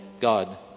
God